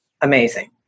amazing